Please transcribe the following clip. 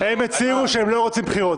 הם הצהירו שהם לא רוצים בחירות.